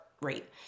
rate